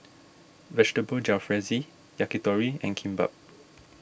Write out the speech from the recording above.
Vegetable Jalfrezi Yakitori and Kimbap